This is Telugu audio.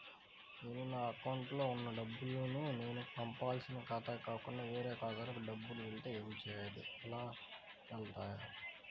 నేను నా అకౌంట్లో వున్న డబ్బులు నేను పంపవలసిన ఖాతాకి కాకుండా వేరే ఖాతాకు డబ్బులు వెళ్తే ఏంచేయాలి? అలా వెళ్తాయా?